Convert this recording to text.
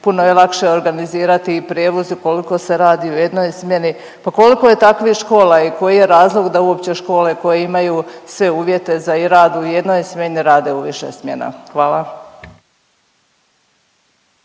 puno je lakše organizirati i prijevoz ukoliko se radi u jednoj smjeni, pa koliko je takvih škola i koji je razlog da uopće škole koje imaju sve uvjete za rad u jednoj smjeni rade u više smjena. Hvala.